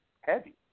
heavy